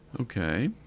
Okay